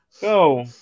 Go